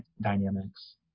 dynamics